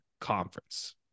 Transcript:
conference